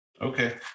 Okay